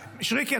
מישרקי,